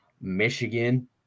Michigan